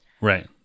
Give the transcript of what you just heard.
right